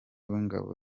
w’ingabo